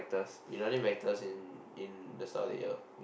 they learning vectors in in the start of the year